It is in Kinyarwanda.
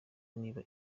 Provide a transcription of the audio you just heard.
niba